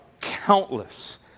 countless